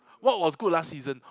what was good last season